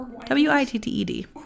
W-I-T-T-E-D